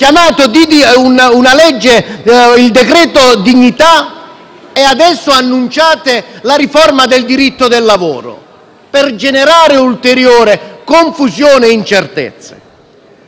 e adesso annunciate la riforma del diritto del lavoro per generare ulteriore confusione e incertezza. Presidente Bagnai,